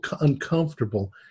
uncomfortable